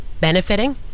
benefiting